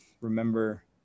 remember